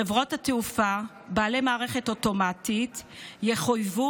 חברות תעופה בעלות מערכת אוטומטית יחויבו